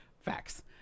facts